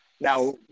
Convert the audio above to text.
now